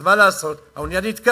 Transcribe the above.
אז מה לעשות, האונייה נתקעת.